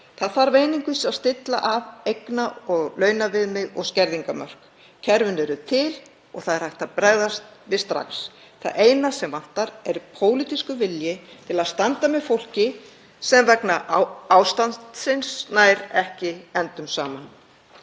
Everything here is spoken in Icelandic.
Það þarf einungis að stilla af eigna- og launaviðmið og skerðingarmörk. Kerfin eru til og það er hægt að bregðast við strax. Það eina sem vantar er pólitískur vilji til að standa með fólki sem vegna ástandsins nær ekki endum saman.